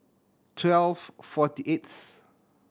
twelve forty eighth